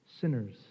sinners